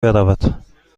برود